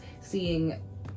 seeing